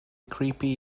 creepy